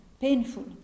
painful